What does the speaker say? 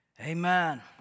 Amen